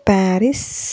Paris